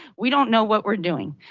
we don't know what we're doing.